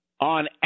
on